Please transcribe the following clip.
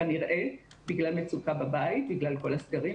כנראה בגלל מצוקה בבית בגלל כל הסגרים,